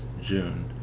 June